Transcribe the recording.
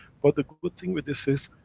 but the good thing with this is,